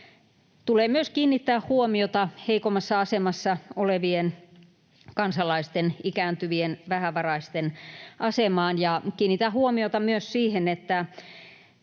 Tulee myös kiinnittää huomiota heikommassa asemassa olevien kansalaisten — ikääntyvien, vähävaraisten — asemaan, ja kiinnitän huomiota myös siihen, että